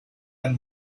and